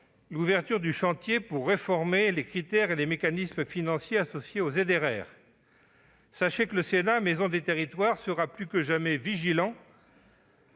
l'ouverture du chantier destiné à réformer les critères et les mécanismes financiers associés aux ZRR. Sachez que le Sénat, maison des territoires, sera plus que jamais vigilant